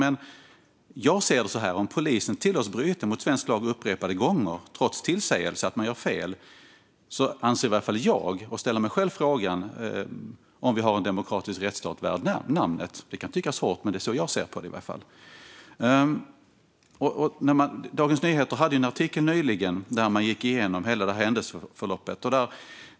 Men om polisen tillåts att bryta mot svensk lag upprepade gånger trots tillsägelser om att man gör fel, ställer åtminstone jag mig frågan om vi har en demokratisk rättsstat värd namnet. Det kan tyckas hårt, men det är så jag ser på det. Dagens Nyheter hade nyligen en artikel där de gick igenom hela händelseförloppet.